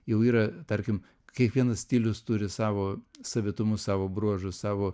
jau yra tarkim kiekvienas stilius turi savo savitumus savo bruožus savo